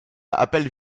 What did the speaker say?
appelle